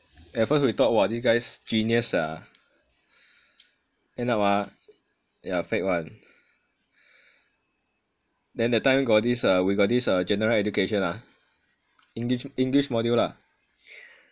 at first we thought !wah! this guy genius sia end up ah yah fake one then that time got this uh we got this general education ah englis~ english module lah